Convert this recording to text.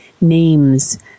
names